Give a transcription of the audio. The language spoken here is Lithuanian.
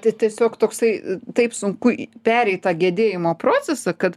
tai tiesiog toksai taip sunku pereit tą gedėjimo procesą kad